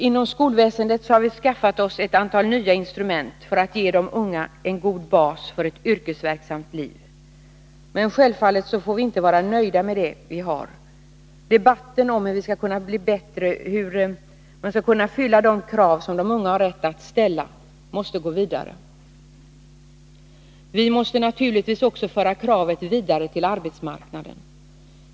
Inom skolväsendet har vi skaffat oss ett antal nya instrument för att ge de unga en god bas för ett yrkesverksamt liv. Men självfallet får vi inte vara nöjda med det vi har. Debatten om hur vi skall kunna bli bättre, hur vi skall kunna motsvara de krav som de unga har rätt att ställa, måste gå vidare. Vi måste naturligtvis också föra kravet vidare till arbetsmarknaden.